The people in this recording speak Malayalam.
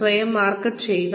സ്വയം മാർക്കറ്റ് ചെയ്യുക